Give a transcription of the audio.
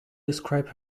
describe